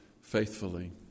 faithfully